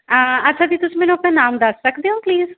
ਅੱਛਾ ਜੀ ਤੁਸੀਂ ਮੈਨੂੰ ਆਪਣਾ ਨਾਮ ਦੱਸ ਸਕਦੇ ਹੋ ਪਲੀਜ਼